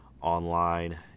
online